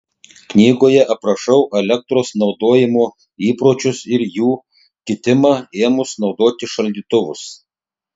knygoje aprašau elektros naudojimo įpročius ir jų kitimą ėmus naudoti šaldytuvus